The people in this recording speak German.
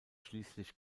schließlich